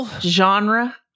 genre